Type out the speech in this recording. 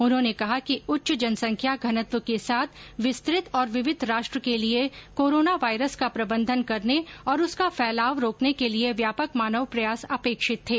उन्होंने कहा कि उच्च जनसंख्या घनत्व के साथ विस्तृत और विविध राष्ट्र के लिए कोरोना वायरस का प्रबंधन करने और उसका फैलाव रोकने के लिए व्यापक मानव प्रयास अपेक्षित थे